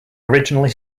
originally